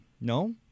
No